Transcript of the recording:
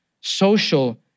social